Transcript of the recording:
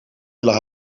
willen